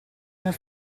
nel